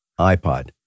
ipod